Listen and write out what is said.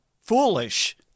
foolish